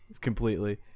completely